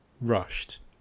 rushed